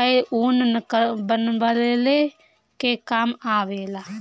कअ ऊन बनवले के काम आवेला